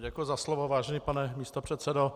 Děkuji za slovo, vážený pane místopředsedo.